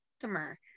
customer